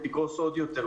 היא תקרוס עוד יותר.